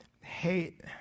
hate